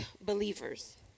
believers